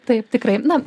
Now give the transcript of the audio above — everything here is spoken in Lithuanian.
taip tikrai na